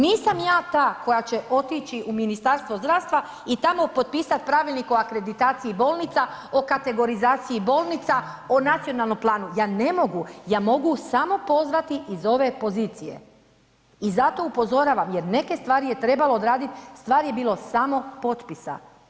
Nisam ja ta koja će otići u Ministarstvo zdravstva i tamo potpisat Pravilnik o akreditaciji bolnica, o kategorizaciji bolnica, o nacionalnom planu, ja ne mogu, ja mogu samo pozvati iz ove pozicije i zato upozoravam jer neke stvari je trebalo odradit, stvar je bilo samo potpisa.